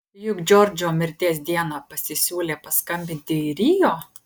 juk džordžo mirties dieną pasisiūlė paskambinti į rio